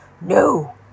No